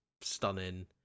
stunning